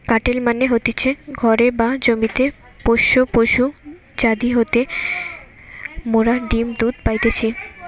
কাটেল মানে হতিছে ঘরে বা জমিতে পোষ্য পশু যাদির হইতে মোরা ডিম্ দুধ পাইতেছি